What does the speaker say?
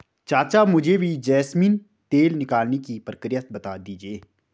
चाचा मुझे भी जैस्मिन तेल निकालने की प्रक्रिया बता दीजिए